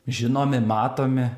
žinomi matomi